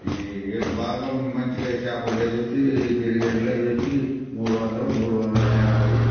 ఈ బాగా మంచిగా చాపుండేదొచ్చి గెరిగేండ్లే అయొచ్చి మూడు వందలు మూడు వందల యాభై